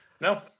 No